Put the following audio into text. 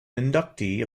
inductee